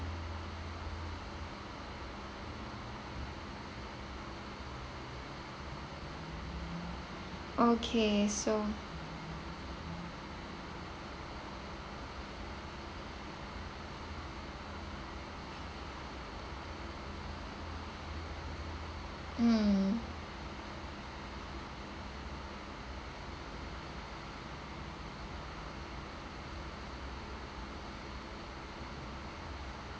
okay so mm